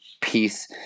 peace